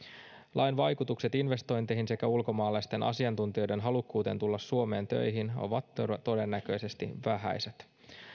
lain vaikutukset investointeihin sekä ulkomaalaisten asiantuntijoiden halukkuuteen tulla suomeen töihin ovat todennäköisesti vähäiset